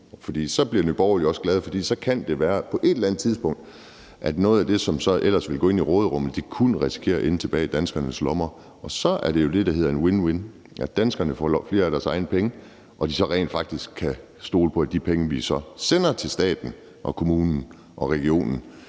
så bliver Nye Borgerlige også glade. For så kan det være, at noget af det, som så ellers ville gå ind i råderummet, på et eller andet tidspunkt kunne risikere at ende tilbage i danskernes lommer. Og så er det jo det, der hedder en win-win-situation, altså at danskerne får flere af deres egne penge, og at de så rent faktisk kan stole på, at de penge, de så sender til staten, kommunen og regionen,